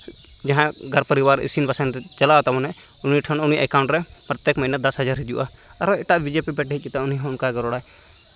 ᱡᱟᱦᱟᱸ ᱜᱷᱚᱨ ᱯᱚᱨᱤᱵᱟᱨ ᱤᱥᱤᱱ ᱵᱟᱥᱟᱝ ᱛᱮ ᱪᱟᱞᱟᱣᱫᱟ ᱢᱟᱱᱮ ᱩᱱᱤ ᱴᱷᱮᱱ ᱩᱱᱤᱭᱟᱜ ᱮᱠᱟᱣᱩᱱᱴ ᱨᱮ ᱯᱨᱚᱛᱛᱮᱠ ᱢᱟᱹᱦᱱᱟᱹ ᱫᱚᱥ ᱦᱟᱡᱟᱨ ᱦᱤᱡᱩᱜᱼᱟ ᱟᱨ ᱦᱚᱸ ᱮᱴᱟᱜ ᱵᱤ ᱡᱮ ᱯᱤ ᱯᱟᱨᱴᱤ ᱦᱮᱡ ᱠᱟᱛᱮᱫ ᱩᱱᱤ ᱦᱚᱸ ᱚᱱᱠᱟᱜᱮ ᱨᱚᱲᱟᱭ